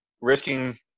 risking